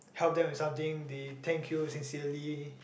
help them with something they thank you sincerely